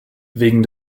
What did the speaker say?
wegen